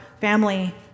family